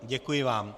Děkuji vám.